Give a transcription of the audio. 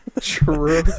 True